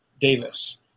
Davis